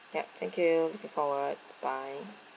yup thank you looking forward bye